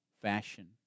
fashion